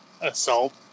assault